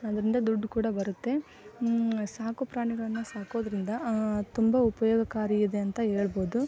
ಅದರಿಂದ ದುಡ್ಡು ಕೂಡ ಬರುತ್ತೆ ಸಾಕು ಪ್ರಾಣಿಗಳನ್ನು ಸಾಕೋದರಿಂದ ತುಂಬ ಉಪಯೋಗಕಾರಿ ಇದೆ ಅಂತ ಹೇಳ್ಬೋದು